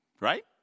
Right